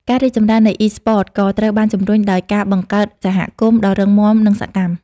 ការរីកចម្រើននៃអុីស្ព័ត ក៏ត្រូវបានជំរុញដោយ ការបង្កើតសហគមន៍ ដ៏រឹងមាំ និងសកម្ម។